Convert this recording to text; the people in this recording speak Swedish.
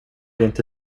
inte